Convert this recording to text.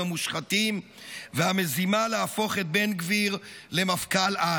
המושחתים והמזימה להפוך את בן גביר למפכ"ל-על.